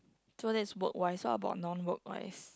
so that's work wise what about non work wise